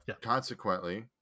consequently